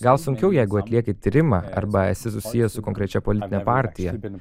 gal sunkiau jeigu atlieki tyrimą arba esi susijęs su konkrečia politine partija